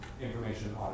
information